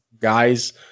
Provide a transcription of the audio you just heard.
Guys